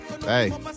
Hey